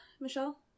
michelle